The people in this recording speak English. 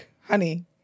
Honey